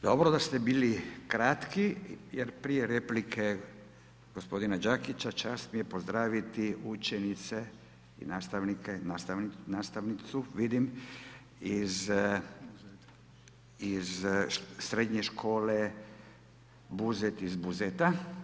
Dobro da ste bili kratki jer prije replike gospodina Đakića čast mi je pozdraviti učenice i nastavnicu vidim iz srednje škole Buzet iz Buzeta.